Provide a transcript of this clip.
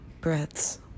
breaths